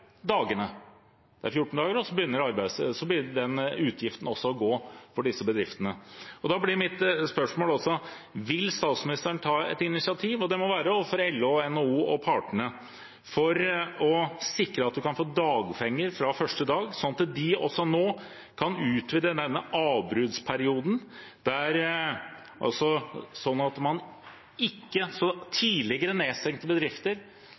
dagene. Det er 14 dager, og så begynner utgiftene å gå for disse bedriftene. De blir mitt spørsmål: Vil statsministeren ta et initiativ – og det må være overfor LO, NHO og partene – for å sikre at man kan få dagpenger fra første dag, at de nå kan utvide